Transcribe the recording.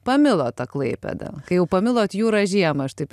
pamilot tą klaipėdą kai jau pamilot jūrą žiemą aš taip